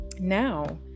now